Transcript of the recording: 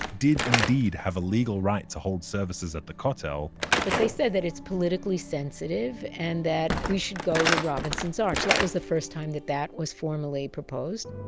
did indeed have a legal right to hold services at the kotel but they said that it's politically sensitive, and that we should go to robinson's arch. that was the first time that that was formally proposed